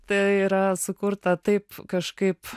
tai yra sukurta taip kažkaip